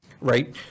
Right